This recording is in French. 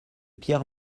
pierre